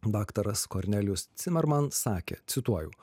daktaras kornelijus cimarman sakė cituoju